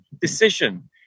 decision